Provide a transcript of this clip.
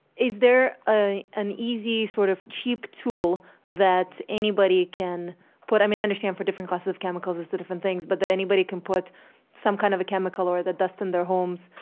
is there ah an easy, sort of cheap cheap tool that anybody can put i mean understand for different class of chemicals it's a different things but that anybody can put some kind of a chemical, or the dust in their homes,